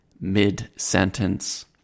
mid-sentence